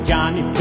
Johnny